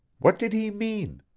what did he mean?